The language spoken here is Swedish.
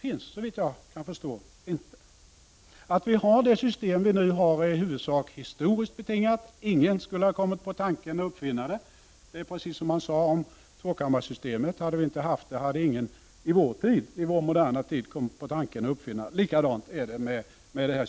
Att vi har det system som vi har nu på länsplanet är i huvudsak historiskt betingat. Ingen skulle komma på tanken att uppfinna det. Precis på samma sätt sade man om tvåkammarsystemet: Hade vi inte haft det systemet, hade ingen i vår moderna tid kom mit på tanken att uppfinna det.